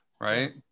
right